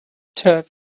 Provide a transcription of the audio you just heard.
turf